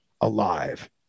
alive